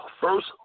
first